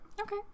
Okay